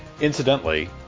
incidentally